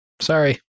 Sorry